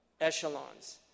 echelons